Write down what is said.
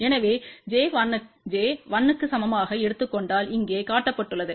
எனவே j 1 க்கு சமமாக எடுத்துக் கொண்டால் இங்கே காட்டப்பட்டுள்ளது